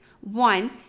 One